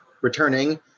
returning